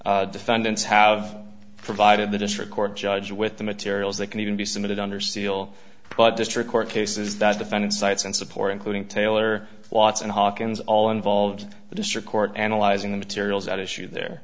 defendants have provided the district court judge with the materials that can even be submitted under seal but district court cases that defendant cites and support including taylor watts and hawkins all involved the district court analyzing the materials at issue there